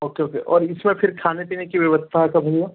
okay okay और इस में फिर खाने पीने की व्यवस्था का भैया